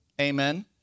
Amen